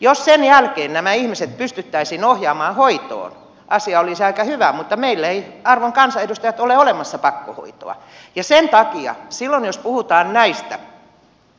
jos sen jälkeen nämä ihmiset pystyttäisiin ohjaamaan hoitoon asia olisi aika hyvä mutta meillä ei arvon kansanedustajat ole olemassa pakkohoitoa ja sen takia silloin jos puhutaan näistä